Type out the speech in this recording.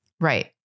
Right